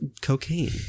cocaine